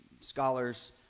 scholars